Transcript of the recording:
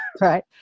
Right